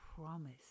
promise